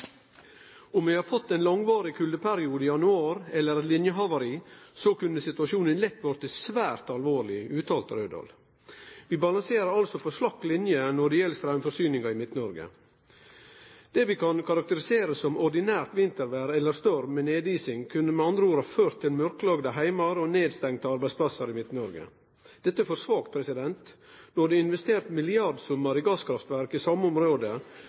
Om vi hadde fått ein lang-varig kuldeperiode i januar, kunne situasjonen lett ha vorte svært alvorleg.» Vi balanserer altså på slakk line når det gjeld straumforsyninga i Midt-Noreg. Det vi kan karakterisere som ordinært vintervêr eller storm med nedising kunne med andre ord ha ført til mørklagde heimar og nedstengde arbeidsplassar i Midt-Noreg. Dette er for svakt. Når det er investert milliardsummar i gasskraftverk i same